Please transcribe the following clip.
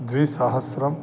द्विसहस्रं